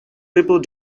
people